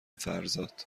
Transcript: فرزاد